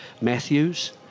Matthews